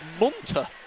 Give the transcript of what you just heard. Munter